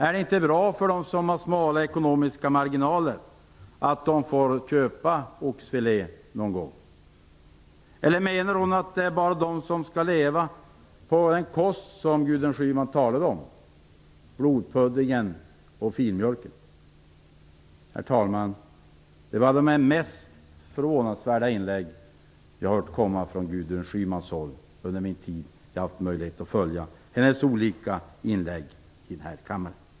Är det inte bra för dem som har smala ekonomiska marginaler att de får köpa oxfilé någon gång? Eller menar hon att det bara är de som skall leva på den kost som Gudrun Schyman talade om, blodpuddingen och filmjölken? Herr talman! Detta var ett av de mest förvånansvärda anföranden som jag hört komma från Gudrun Schymans håll under den tid som jag har haft möjlighet att följa hennes inlägg i den här kammaren.